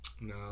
no